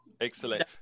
Excellent